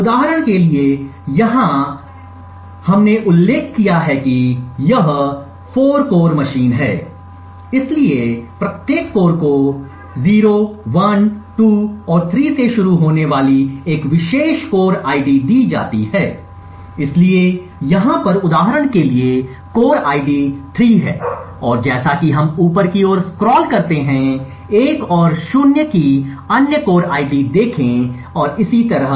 उदाहरण के लिए यहाँ के बाद से हमने उल्लेख किया है कि यह 4 कोर मशीन है इसलिए प्रत्येक कोर को 0 1 2 और 3 से शुरू होने वाली एक विशेष कोर आईडी दी जाती है इसलिए यहाँ पर उदाहरण के लिए कोर आईडी 3 है और जैसा कि हम ऊपर की ओर स्क्रॉल करते हैं 1 और 0 की अन्य कोर आईडी देखें और इसी तरह